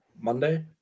monday